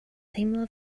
teimlo